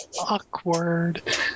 Awkward